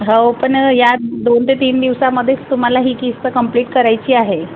हो पण या दोन ते तीन दिवसामध्येच तुम्हाला ही किस्त कंप्लीट करायची आहे